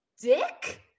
Dick